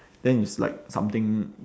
then it's like something